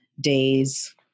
days